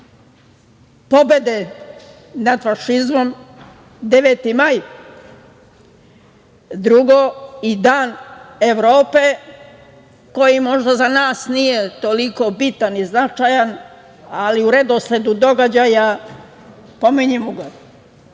pobede nad fašizmom, 9. maj i drugo Dan Evrope koji možda za nas nije toliko bitan i značajan, ali u redosledu događaja pominjemo ga